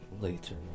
later